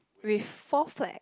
with four flag